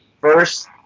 First